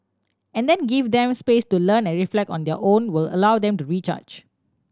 and then give them space to learn and reflect on their own will allow them to recharge